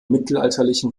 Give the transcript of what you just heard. mittelalterlichen